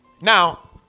Now